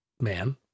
man